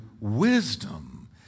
wisdom